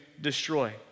destroy